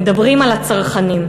מדברים על הצרכנים.